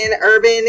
urban